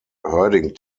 herding